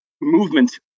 movement